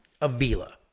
Avila